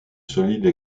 solide